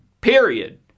Period